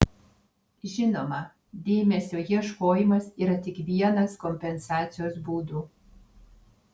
žinoma dėmesio ieškojimas yra tik vienas kompensacijos būdų